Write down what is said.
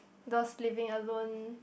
those living alone